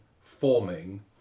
forming